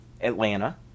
Atlanta